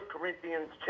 Corinthians